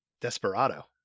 Desperado